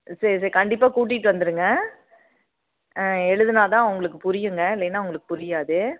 சரி சரி கண்டிப்பாக கூட்டிட்டு வந்துடுங்க ஆ எழுதினா தான் அவங்களுக்கு புரியுங்க இல்லைன்னா அவங்களுக்கு புரியாது